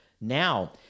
Now